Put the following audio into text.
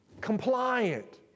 Compliant